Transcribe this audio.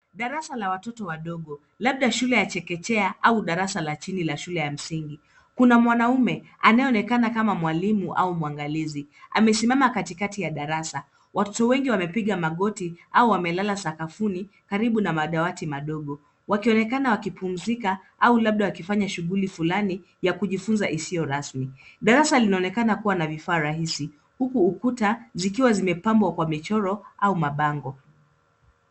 darasa la watoto wadogo labda shule ya chekechea au darasa la chini la shule ya msingi. Kuna mwanaume anayeonekana kama mwalimu au mwangalizi ,amesimama katikati ya darasa. Waatoto wengi wamepiga magoti au wamelala sakafuni karibu na madawati madogo wakionekana wakipumzika au labda wakifanya shughuli fulani ya kujifunza isiyo rasmi. Darasa linaonekana kuwa na vifaa rahisi huku ukuta zikiwa zimepambwa kwa michoro au mabango.